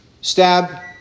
stab